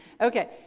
Okay